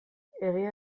egia